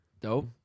Dope